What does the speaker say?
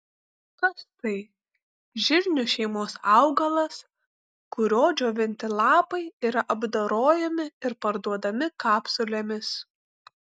kas tai žirnių šeimos augalas kurio džiovinti lapai yra apdorojami ir parduodami kapsulėmis